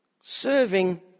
Serving